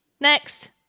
Next